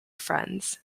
friends